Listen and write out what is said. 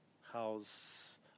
house